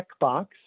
checkbox